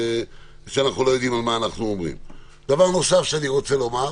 דבר נוסף שאני רוצה לומר,